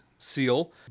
seal